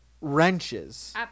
wrenches